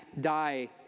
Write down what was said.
die